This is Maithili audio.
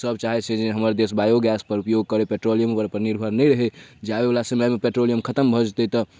सब चाहै छै जे हमर देश बायोगैसपर उपयोग करै पेट्रोलियमपर निर्भर नहि रहै जे आबैवला समयमे पेट्रोलियम खतम भऽ जेतै तऽ